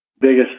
biggest